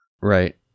Right